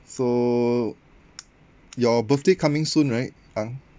so your birthday coming soon right ang